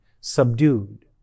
subdued